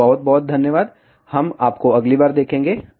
तो बहुत बहुत धन्यवाद हम आपको अगली बार देखेंगे